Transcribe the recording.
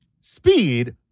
speed